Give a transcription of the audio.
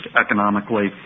economically